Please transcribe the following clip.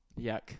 Yuck